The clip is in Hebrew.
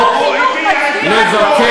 אני אגיד לך בדיוק למה,